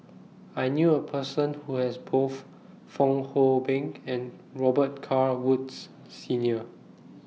I knew A Person Who has Both Fong Hoe Beng and Robet Carr Woods Senior